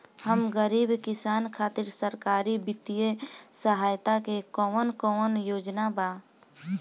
हम गरीब किसान खातिर सरकारी बितिय सहायता के कवन कवन योजना बा?